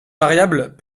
variables